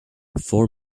four